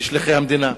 כשליחי המדינה.